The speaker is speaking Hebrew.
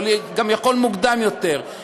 אבל זה גם יכול להיות מוקדם יותר,